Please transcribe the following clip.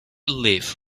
live